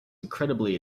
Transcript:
incredibly